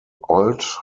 old